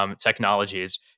technologies